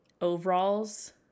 overalls